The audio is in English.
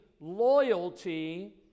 loyalty